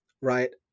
right